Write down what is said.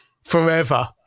forever